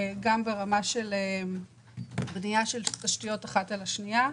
גם ברמת בניית תשתיות אחת על השנייה.